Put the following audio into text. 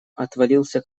отвалился